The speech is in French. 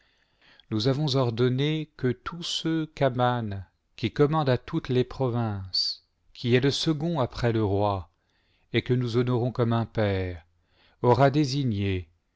nous avons ordonné que tous ceux qu'aman qui commande à toutes les provinces qui est le second après le roi et que nous honorons comme un père aura désignés